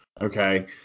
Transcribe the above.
Okay